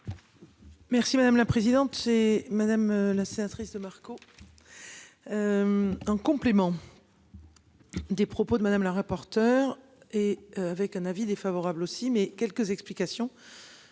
Merci madame la présidente chez madame la sénatrice de Marco. Un complément. Des propos de Madame la rapporteure et avec un avis défavorable aussi mais quelques explications.